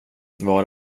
var